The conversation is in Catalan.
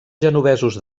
genovesos